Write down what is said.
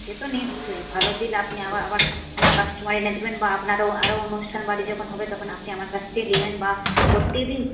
সে তো নিশ্চই ভালো দিলে আপনি আবার আবার অন্য কাস্টমার এনে দেবেন বা আপনারও আরো অনুষ্ঠান বাড়ি যখন হবে তখন আপনি আমার কাছ থেকে নেবেন বা প্রত্যেক দিন